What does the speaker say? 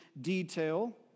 detail